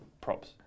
props